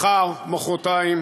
מחר-מחרתיים